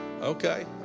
Okay